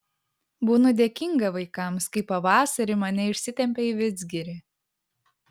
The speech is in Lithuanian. būnu dėkinga vaikams kai pavasarį mane išsitempia į vidzgirį